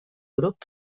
grup